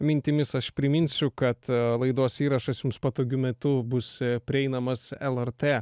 mintimis aš priminsiu kad laidos įrašas jums patogiu metu bus prieinamas lrt